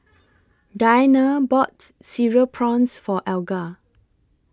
Dianna bought Cereal Prawns For Alger